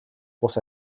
бус